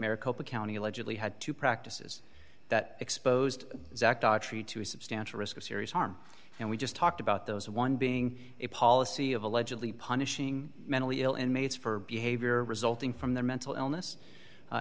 maricopa county allegedly had two practices that exposed to a substantial risk of serious harm and we just talked about those one being a policy of allegedly punishing mentally ill inmates for behavior resulting from their mental illness